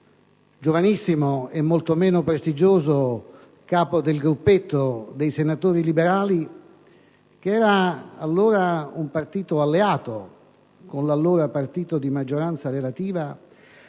giovanissimo e molto meno prestigioso capo del gruppetto dei senatori liberali, che all'epoca era un partito alleato con l'allora partito di maggioranza relativa)